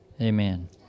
amen